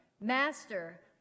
Master